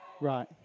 Right